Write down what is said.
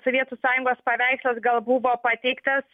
sovietų sąjungos paveikslas gal buvo pateiktas